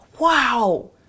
wow